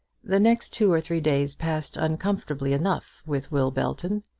the next two or three days passed uncomfortably enough with will belton.